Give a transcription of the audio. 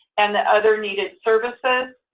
and the other needed services,